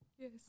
Yes